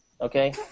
okay